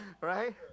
Right